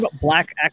black